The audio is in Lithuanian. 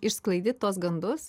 išsklaidyt tuos gandus